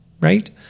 right